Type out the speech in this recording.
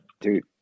Dude